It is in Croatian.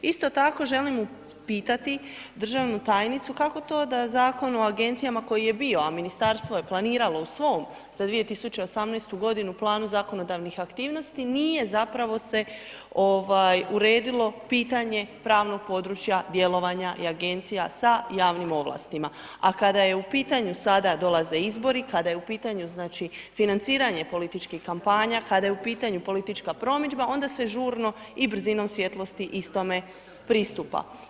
Isto tako, želim upitati državnu tajnicu kako to da Zakon o agencijama koji je bio, a ministarstvo je planiralo u svom za 2018. planu zakonodavnih aktivnosti nije zapravo se uredilo pitanje pravnog područja djelovanja i agencija sa javnim ovlastima, a kada je u pitanju, sada dolaze izbori, kada je u pitanju financiranje političke kampanja, kada je u pitanju politička promidžba, onda se žurno i brzinom svjetlosti istome pristupa.